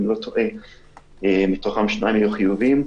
אם אני לא טועה, מתוכם שניים היו חיוביים.